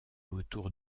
autour